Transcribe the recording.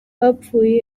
hapfuye